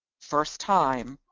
first time,